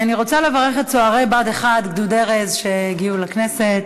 אני רוצה לברך את צוערי בה"ד 1 גדוד "ארז" שהגיעו לכנסת.